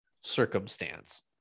circumstance